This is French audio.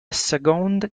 seconde